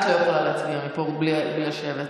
את לא יכולה להצביע מפה בלי לשבת.